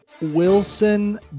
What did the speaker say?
Wilson